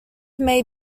may